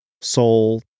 soul